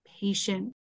patient